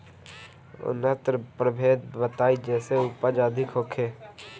उन्नत प्रभेद बताई जेसे उपज अधिक होखे?